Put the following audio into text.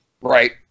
Right